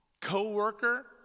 co-worker